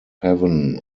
heaven